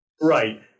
Right